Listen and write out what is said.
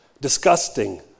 disgusting